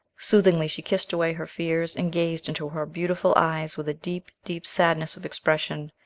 soothingly she kissed away her fears, and gazed into her beautiful eyes with a deep, deep sadness of expression,